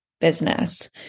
business